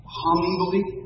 humbly